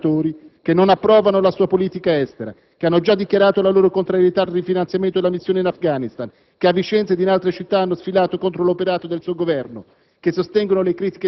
grazie anche a quei senatori che non approvano la sua politica estera, che hanno già dichiarato la loro contrarietà al rifinanziamento della missione in Afghanistan, che a Vicenza ed in altre città hanno sfilato contro l'operato del suo Governo,